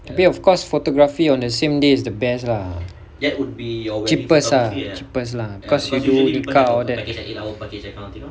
tapi of course photography on the same day is the best lah cheapest ah cheapest lah because you do makeup all that